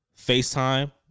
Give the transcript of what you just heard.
FaceTime